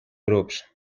grups